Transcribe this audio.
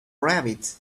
rabbits